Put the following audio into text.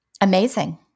Amazing